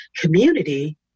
community